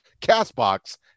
CastBox